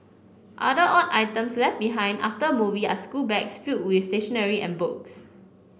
other odd items left behind after a movie are schoolbags filled with stationery and books